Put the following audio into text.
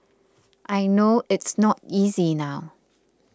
I know it's not easy now